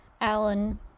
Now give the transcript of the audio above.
alan